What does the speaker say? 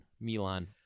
Milan